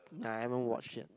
nah I haven't watched yet